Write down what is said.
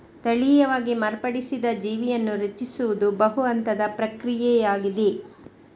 ತಳೀಯವಾಗಿ ಮಾರ್ಪಡಿಸಿದ ಜೀವಿಯನ್ನು ರಚಿಸುವುದು ಬಹು ಹಂತದ ಪ್ರಕ್ರಿಯೆಯಾಗಿದೆ